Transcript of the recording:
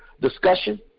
discussion